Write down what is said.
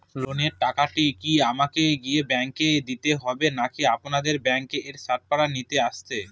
লোনের টাকাটি কি আমাকে গিয়ে ব্যাংক এ দিতে হবে নাকি আপনাদের ব্যাংক এর স্টাফরা নিতে আসে?